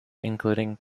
including